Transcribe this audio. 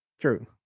True